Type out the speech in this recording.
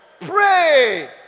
pray